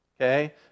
Okay